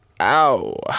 Ow